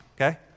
Okay